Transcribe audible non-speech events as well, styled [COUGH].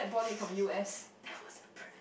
[LAUGHS] that was a brand